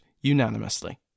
unanimously